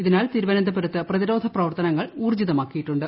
ഇതിനാൽ തിരുവനന്തപുരത്ത് പ്രതിരോധ പ്രവർത്തനങ്ങൾ ഊർജ്ജിതമാക്കിയിട്ടുണ്ട്